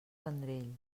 vendrell